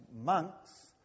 monks